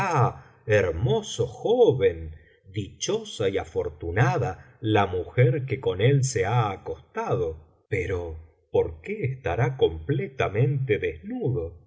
hermoso joven dichosa y afortunada la mujer que con él se ha acostado pero por qué estará completamente